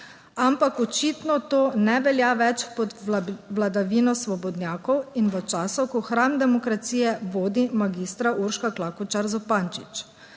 Ampak, očitno to ne velja več pod vladavino svobodnjakov in v času, ko hram demokracije vodi magistra Urška Klakočar Zupančič.